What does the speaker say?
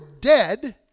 dead